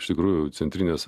iš tikrųjų centrinės